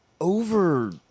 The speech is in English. over